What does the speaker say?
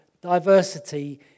diversity